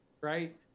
right